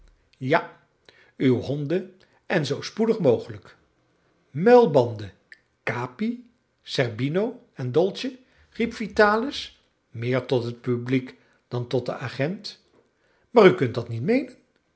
ja uw honden en zoo spoedig mogelijk muilbanden capi zerbino en dolce riep vitalis meer tot het publiek dan tot den agent maar u kunt dat niet meenen